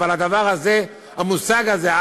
המושג הזה,